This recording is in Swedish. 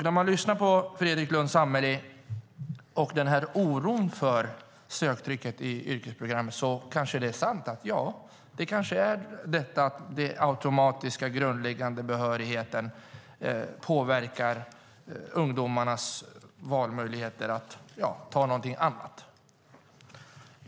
När man lyssnar på Fredrik Lundh Sammeli och hör oron för söktrycket till yrkesprogrammen kan man se att det kanske är sant - det kanske är så att den automatiska, grundläggande behörigheten påverkar ungdomarnas möjligheter att välja någonting annat.